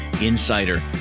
Insider